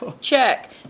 Check